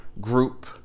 Group